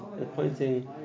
appointing